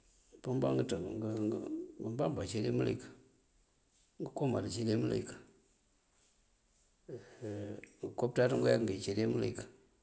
Umpëm bá ngënţëb, ngëmpamb acíri mëlik, ngënkomal acíri mëlik, ngënkopëţaţ acíri mëlik.